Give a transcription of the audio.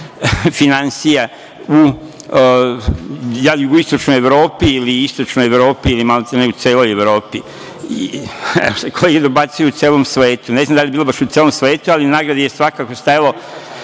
finansija u jugoistočnoj Evropi ili istočnoj Evropi ili maltene u celoj Evropi. Evo sad dobacuju i u celom svetu. Ne znam da li je bilo baš u celom svetu, ali na nagradi je svakako stajalo